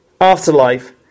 afterlife